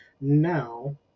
Now